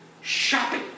shopping